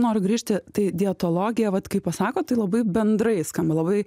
noriu grįžti tai dietologija vat kai pasakot tai labai bendrai skamba labai